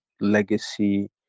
legacy